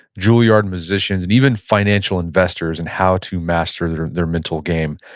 julliard musicians, and even financial investors in how to master their their mental game.